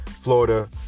Florida